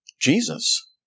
Jesus